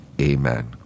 amen